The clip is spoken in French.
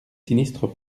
sinistres